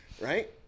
right